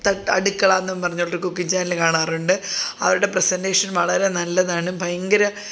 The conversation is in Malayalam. തട്ടടുക്കള എന്നുംപറഞ്ഞൊരു കുക്കിങ് ചാനൽ കാണാറുണ്ട് അവരുടെ പ്രസൻറ്റേഷൻ വളരെ നല്ലതാണ് ഭയങ്കര